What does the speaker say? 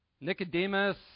Nicodemus